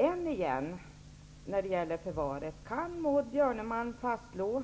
Än en gång: Kan Maud Björnemalm fastslå